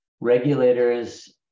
Regulators